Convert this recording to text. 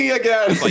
again